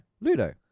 Ludo